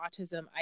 autism